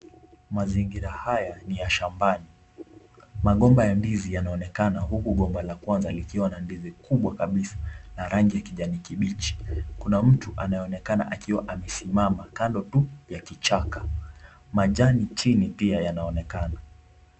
Mazingira haya ni ya shambani. Magomba ya ndizi yanaonekana huku gomba la kwanza likiwa kubwa kabisa na rangi ya kijani kibichi. Kuna mtu anayeonekana akiwa amesimama kando tu ya kichaka. Majani chini pia yanaonekana.